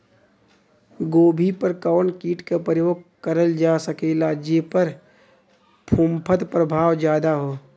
गोभी पर कवन कीट क प्रयोग करल जा सकेला जेपर फूंफद प्रभाव ज्यादा हो?